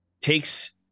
takes